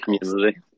community